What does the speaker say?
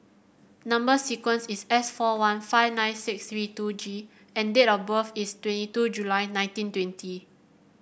number sequence is S four one five nine six three two G and date of birth is twenty two July nineteen twenty